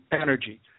energy